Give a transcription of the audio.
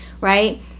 right